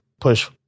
push